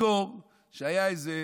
תזכור שהיה איזה